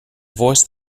voice